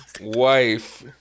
Wife